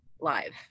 live